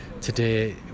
today